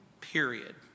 period